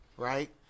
Right